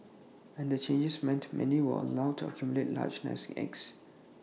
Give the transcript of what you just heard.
and the changes meant many were allowed to accumulate large nest eggs